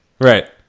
Right